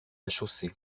chaussée